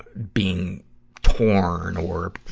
being torn or,